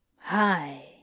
Hi